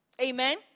Amen